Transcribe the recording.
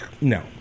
no